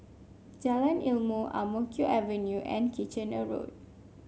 Jalan Ilmu Ang Mo Kio Avenue and Kitchener Road